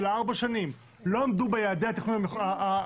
ארבע שנים לא עמדו ביעדי התכנון הממשלתיים,